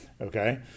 Okay